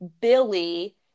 billy